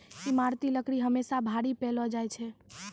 ईमारती लकड़ी हमेसा भारी पैलो जा छै